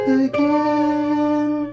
again